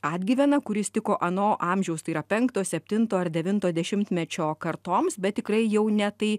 atgyvena kuris tiko ano amžiaus tai yra penkto septinto ar devinto dešimtmečio kartoms bet tikrai jau ne tai